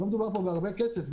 לא מדובר פה בהרבה כסף.